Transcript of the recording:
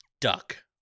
Duck